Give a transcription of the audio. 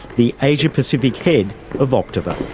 the asia pacific head of optiver.